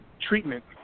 treatment